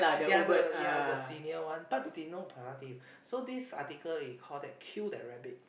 ya the ya the senior one but they no productive so this article is call that kill that rabbit